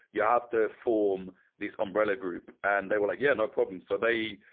you have to form these umbrella group. and they were like, yeah, no problem. so they,